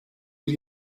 bir